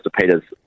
Peters